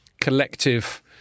collective